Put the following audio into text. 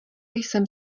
jsem